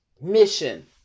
Mission